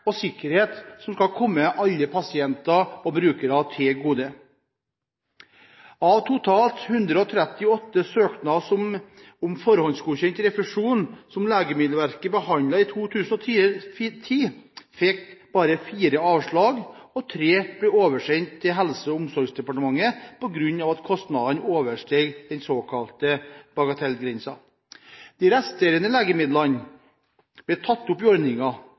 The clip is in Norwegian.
og sikkerhet som skal komme alle pasienter og brukere til gode. Av totalt 138 søknader om forhåndsgodkjent refusjon som Legemiddelverket behandlet i 2010, fikk bare fire avslag. Tre ble oversendt Helse- og omsorgsdepartementet på grunn av at kostnadene oversteg den såkalte bagatellgrensen. De resterende legemidlene ble tatt opp